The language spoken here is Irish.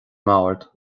mbord